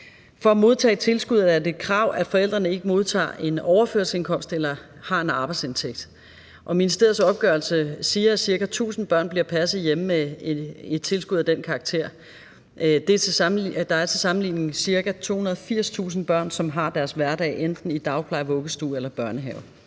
For at modtage et tilskud er det et krav, at forældrene ikke modtager en overførselsindkomst eller har en arbejdsindtægt, og ministeriets opgørelse siger, at ca. 1.000 børn bliver passet hjemme med et tilskud af den karakter. Der er til sammenligning ca. 280.000 børn, som har deres hverdag enten i en dagpleje, vuggestue eller børnehave.